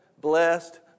blessed